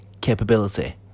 capability